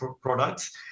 products